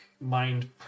mind